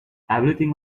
everything